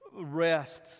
rest